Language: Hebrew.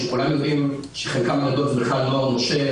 שכולם יודעים שחלקם הגדול הוא בכלל נוער נושר,